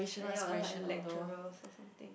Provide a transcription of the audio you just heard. any of the lecturers or something